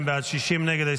52 בעד, 60 נגד.